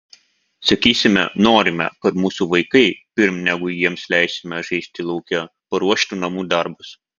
sakysime norime kad mūsų vaikai pirm negu jiems leisime žaisti lauke paruoštų namų darbus